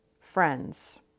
friends